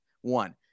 one